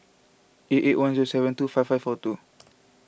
eight eight one zero seven two five five four two